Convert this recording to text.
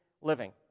living